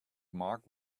mark